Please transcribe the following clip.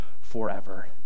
forever